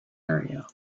area